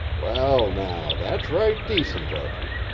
well now, that's right decent of you.